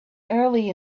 early